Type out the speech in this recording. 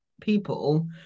people